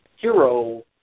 hero